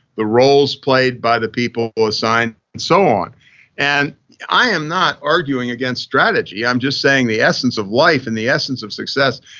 the roles played by the people who assigned, and so on and i am not arguing against strategy. i'm just saying the essence of life and the essence of success,